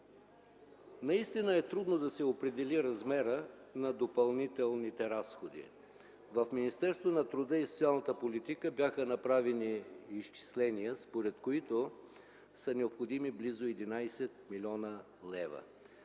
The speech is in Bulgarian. Наистина е трудно да се определи размерът на допълнителните разходи. В Министерството на труда и социалната политика бяха направени изчисления, според които са необходими близо 11 млн. лв.